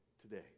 today